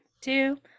two